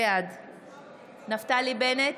בעד נפתלי בנט,